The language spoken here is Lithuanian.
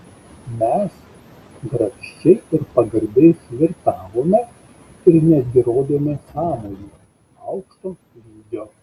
mes grakščiai ir pagarbiai flirtavome ir netgi rodėme sąmojį aukšto lygio